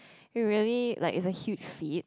you really like it's a huge feat